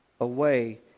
away